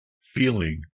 feeling